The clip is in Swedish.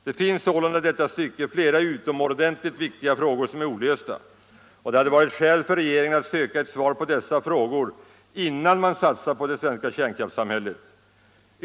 Det finns sålunda i detta stycke flera utomordentligt viktiga frågor som är olösta, och det hade varit skäl för regeringen att söka ett svar på dessa frågor innan man satsar på det svenska kärnkraftssamhället.